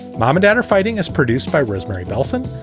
mom and dad are fighting us, produced by rosemarie nelson,